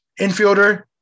Infielder